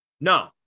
No